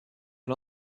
can